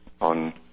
on